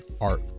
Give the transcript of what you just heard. art